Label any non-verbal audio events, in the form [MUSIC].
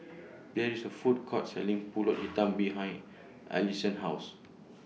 There IS A Food Court Selling [NOISE] Pulut Hitam behind Alleen's House